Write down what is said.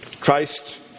Christ